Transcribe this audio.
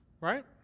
right